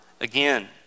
again